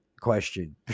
question